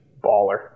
Baller